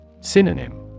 Synonym